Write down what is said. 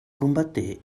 combatté